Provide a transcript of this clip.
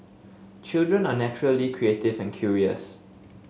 children are naturally creative and curious